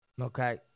okay